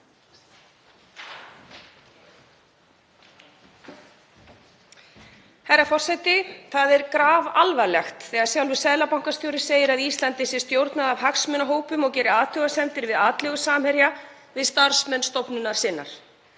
Herra forseti. Það er grafalvarlegt þegar sjálfur seðlabankastjóri segir að Íslandi sé stjórnað af hagsmunahópum og gerir athugasemdir við atlögu Samherja að starfsmönnum stofnunar sinnar.